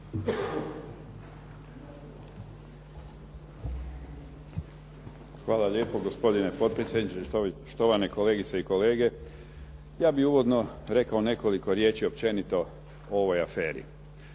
Hvala lijepo gospodine potpredsjedniče. Štovane kolegice i kolege. Ja bih uvodno rekao nekoliko riječi općenito o ovoj aferi.